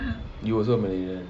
you also malaysian